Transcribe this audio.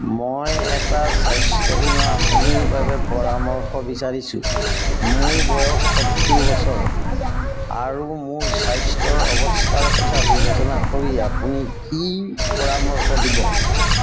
মই এটা স্বাস্থ্য বীমা আঁচনিৰ বাবে পৰামৰ্শ বিচাৰিছোঁ মোৰ বয়স সত্তৰ বছৰ আৰু মোৰ স্বাস্থ্যৰ অৱস্থাৰ কথা বিবেচনা কৰি আপুনি কি পৰামৰ্শ দিব